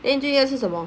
eh 你今天要吃什么